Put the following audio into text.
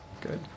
Good